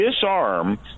disarm